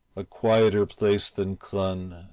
a quieter place than clun,